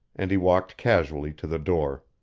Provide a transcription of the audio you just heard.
and he walked casually to the door.